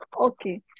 Okay